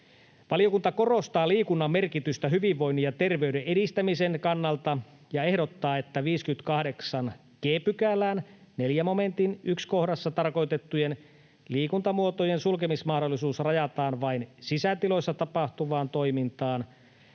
Valiokunta korostaa liikunnan merkitystä hyvinvoinnin ja terveyden edistämisen kannalta ja ehdottaa, että 58 g §:n 4 momentin 1 kohdassa tarkoitettujen liikuntamuotojen sulkemismahdollisuus rajataan vain sisätiloissa tapahtuvaan toimintaan.